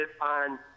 on